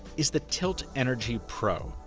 is the tylt energi pro,